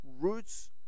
roots